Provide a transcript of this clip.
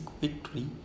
victory